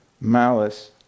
malice